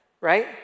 right